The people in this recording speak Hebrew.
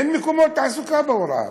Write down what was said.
אין מקומות תעסוקה בהוראה,